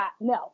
no